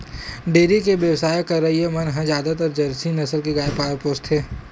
dairy के बेवसाय करइया मन ह जादातर जरसी नसल के गाय पोसथे